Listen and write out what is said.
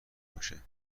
باشه